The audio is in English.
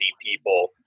people